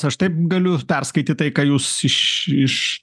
aš taip galiu perskaityt tai ką jūs iš